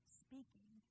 speaking